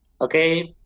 okay